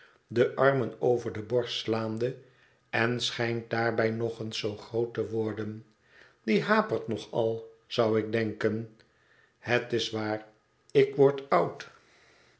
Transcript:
de armen over de borst slaande en schijnt daarbij nog eens zoo groot te worden die hapert nog al zou ik denken het is waar ik word oud